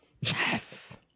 Yes